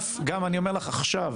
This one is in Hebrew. גם אני אומר לך עכשיו,